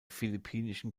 philippinischen